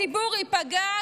הציבור ייפגע,